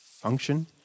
function